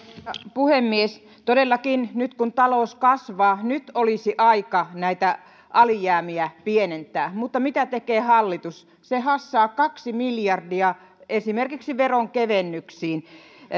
puhemies todellakin nyt kun talous kasvaa nyt olisi aika näitä alijäämiä pienentää mutta mitä tekee hallitus se hassaa kaksi miljardia esimerkiksi veronkevennyksiin